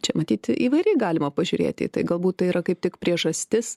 čia matyt įvairiai galima pažiūrėti į tai galbūt tai yra kaip tik priežastis